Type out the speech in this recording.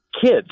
kids